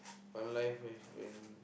my life has been